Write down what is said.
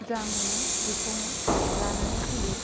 जा मोनो बेखौनो लानानै फैयो